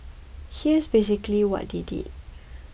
here's basically what they did